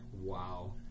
Wow